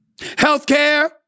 healthcare